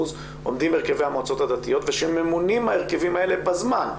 עומדים הרכבי המועצות הדתיות ושממונים ההרכבים האלה בזמן.